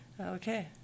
Okay